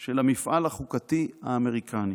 של המפעל החוקתי האמריקני.